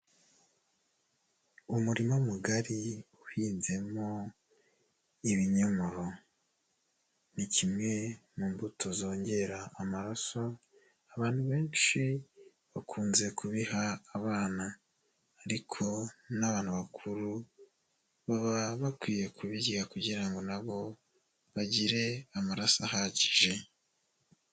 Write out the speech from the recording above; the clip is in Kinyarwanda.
Umurima mugari uhinzemo ibinyomoro. Ni kimwe mu mbuto zongera amaraso, abantu benshi bakunze kubiha abana ariko n'abantu bakuru baba bakwiye kubirya kugira ngo na bo bagire amaraso ahagije.